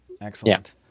Excellent